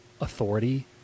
authority